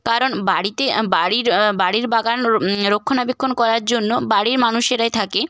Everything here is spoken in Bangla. কারণ বাড়িতে বাড়ির বাড়ির বাগান রো রক্ষণাবেক্ষণ করার জন্য বাড়ির মানুষেরাই থাকে